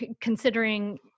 considering